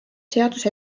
seadus